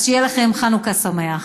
אז שיהיה לכם חנוכה שמח.